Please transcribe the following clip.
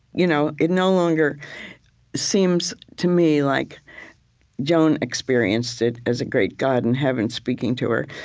you know it no longer seems to me like joan experienced it as a great god in heaven speaking to her,